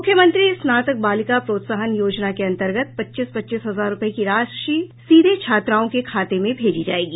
मूख्यमंत्री स्नातक बालिका प्रोत्साहन योजना के अंतर्गत पच्चीस पच्चीस हजार रूपये की राशि सीधे छात्राओं के खाते में भेजी जायेगी